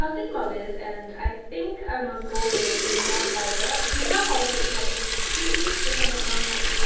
i was thinking about this, and i think i'mma go with linda hallberg. linda hallberg is like a swedish if i'm not wrong like,